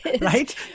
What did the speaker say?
right